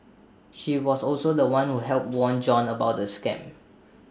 he was also The One who helped warn John about the scam